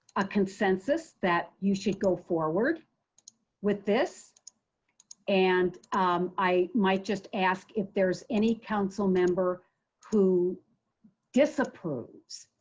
a consensus that you should go forward with this and i might just ask if there's any council member who disapproves